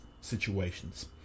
situations